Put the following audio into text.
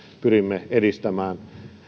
pyrimme edistämään